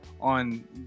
on